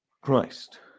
Christ